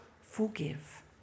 forgive